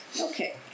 Okay